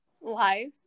Life